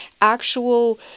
actual